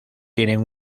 tienen